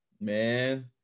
man